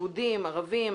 יהודים וערבים.